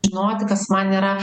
žinoti kas man yra